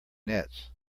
nets